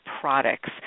products